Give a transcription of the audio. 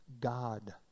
God